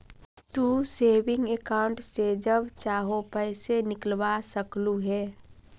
तू saving account से जब चाहो पैसे निकलवा सकलू हे